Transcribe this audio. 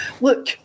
Look